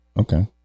Okay